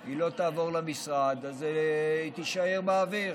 היא תישאר באוויר.